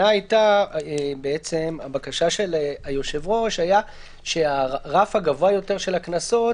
הבקשה של היושב-ראש הייתה שהרף הגבוה יותר של הקנסות